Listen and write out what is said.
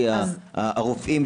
התאריך ה-28 בפברואר 2022